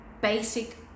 basic